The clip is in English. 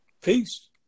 Peace